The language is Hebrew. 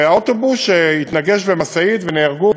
האוטובוס שהתנגש במשאית ונהרגו.